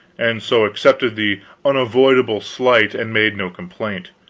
and so accepted the unavoidable slight and made no complaint.